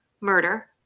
murder